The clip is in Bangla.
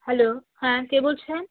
হ্যালো হ্যাঁ কে বলছেন